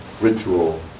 ritual